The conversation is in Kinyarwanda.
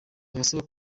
abasaba